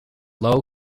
low